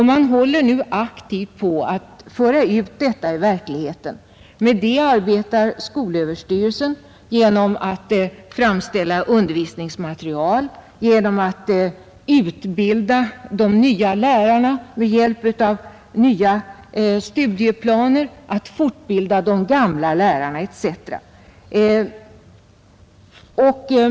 Man håller nu aktivt på att föra ut detta i verkligheten via skolöverstyrelsen, som arbetar med att framställa undervisningsmaterial, utbilda de nya lärarna med hjälp av nya studieplaner, fortbilda de gamla lärarna etc.